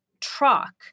truck